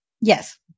Yes